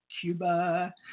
Cuba